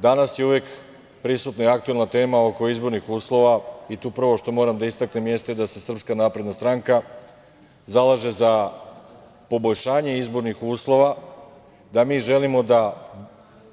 Danas je uvek prisutna i aktuelna tema oko izbornih uslova i tu prvo što moram da istaknem jeste da se SNS zalaže za poboljšanje izbornih uslova, da mi želimo da